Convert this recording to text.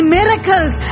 miracles